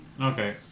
Okay